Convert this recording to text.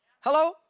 Hello